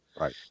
Right